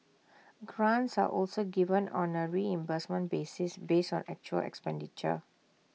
grants are also given on A reimbursement basis based on actual expenditure